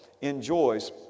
enjoys